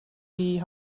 die